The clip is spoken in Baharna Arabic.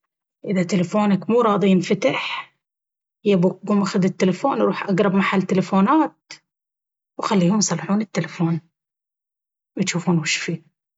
أذا تلفونك مو راضي ينفتح!! يبوك اخذ التلفون وروح أقرب محل تلفونات وخليهم يصلحون التلفون… يجوفون وش فيه.